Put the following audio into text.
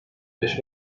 beş